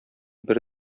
бер